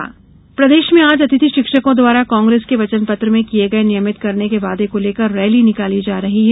अतिथि शिक्षक दिग्विजय प्रदेश में आज अतिथि शिक्षकों द्वारा कांग्रेस के वचन पत्र में किये गये नियमित करने के वादे को लेकर रैली निकाली जा रही है